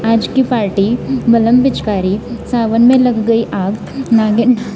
आज की फार्टी बलम पिचकारी सावन मे लग गई आग त नागीन डान्स